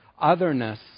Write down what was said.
otherness